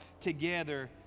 together